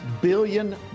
billion